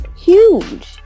huge